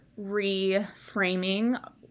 reframing